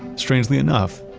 strangely enough,